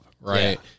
right